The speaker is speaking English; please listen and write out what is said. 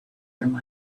through